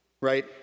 Right